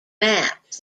maps